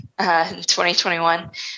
2021